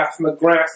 McGrath